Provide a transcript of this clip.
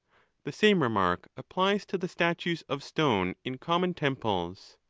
the same remark applies to the statues of stone in common temples.